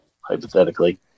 hypothetically